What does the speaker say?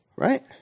Right